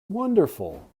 wonderful